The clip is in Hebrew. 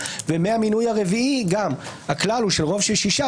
ומהמינוי הרביעי הכלל הוא רוב של שישה,